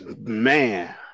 Man